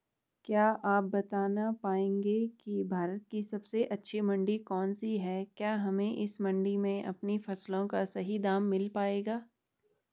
क्या आप बताना पाएंगे कि भारत की सबसे अच्छी मंडी कौन सी है क्या हमें इस मंडी में अपनी फसलों का सही दाम मिल पायेगा?